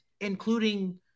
including –